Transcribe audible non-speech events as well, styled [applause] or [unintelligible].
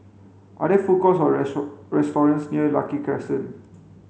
are there food courts or [unintelligible] restaurants near Lucky Crescent